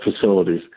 facilities